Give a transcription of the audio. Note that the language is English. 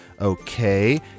Okay